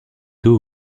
dos